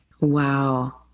Wow